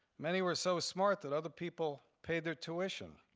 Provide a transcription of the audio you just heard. many were so smart that other people paid their tuition.